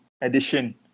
edition